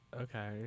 Okay